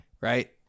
Right